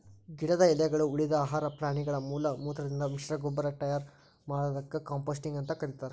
ಗಿಡದ ಎಲಿಗಳು, ಉಳಿದ ಆಹಾರ ಪ್ರಾಣಿಗಳ ಮಲಮೂತ್ರದಿಂದ ಮಿಶ್ರಗೊಬ್ಬರ ಟಯರ್ ಮಾಡೋದಕ್ಕ ಕಾಂಪೋಸ್ಟಿಂಗ್ ಅಂತ ಕರೇತಾರ